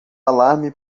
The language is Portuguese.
alarme